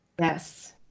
yes